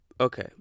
Okay